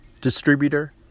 distributor